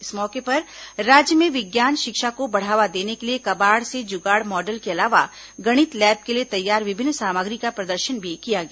इस मौके पर राज्य में विज्ञान शिक्षा को बढ़ावा देने के लिए कबाड़ से जुगाड़ मॉडल के अलावा गणित लैब के लिए तैयार विभिन्न सामग्री का प्रदर्शन भी किया गया